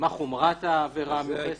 מהי חומרת העבירה המיוחסת.